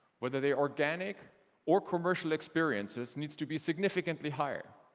whether they're organic or commercial experiences needs to be significantly higher